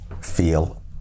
feel